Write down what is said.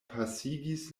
pasigis